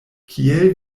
kiel